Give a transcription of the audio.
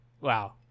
Wow